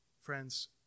Friends